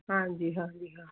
ਹਾਂਜੀ ਹਾਂਜੀ ਹਾਂ